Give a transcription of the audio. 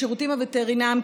בשירותים הווטרינריים,